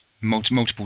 Multiple